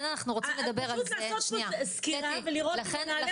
אז פשוט לעשות פה סקירה ולראות אם מנהלי